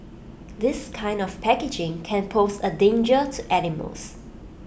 this kind of packaging can pose A danger to animals